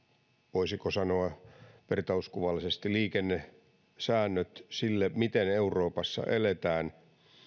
voisiko sanoa vertauskuvallisesti liikennesäännöt sille miten euroopassa eletään